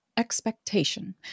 expectation